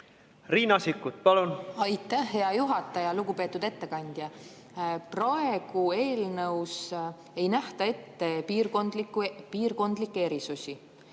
või halvemaks? Aitäh, hea juhataja! Lugupeetud ettekandja! Praegu eelnõus ei nähta ette piirkondlikke erisusi.